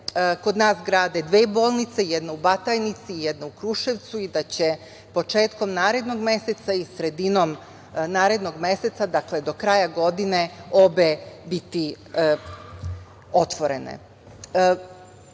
kod nas grade dve bolnice, jedna u Batajnici, jedna u Kruševcu i da će početkom narednog meseca i sredinom narednog meseca, do kraja godine obe biti otvorene. Mislim